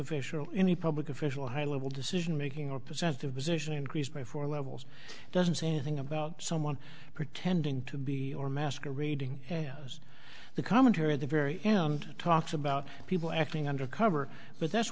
official any public official high level decision making or percentage position increase before levels it doesn't say anything about someone pretending to be or masquerading as the commentary of the very end talked about people acting under cover but that's